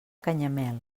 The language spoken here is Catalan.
canyamel